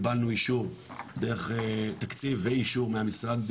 קיבלנו אישור דרך תקציב ואישור מהמשרד,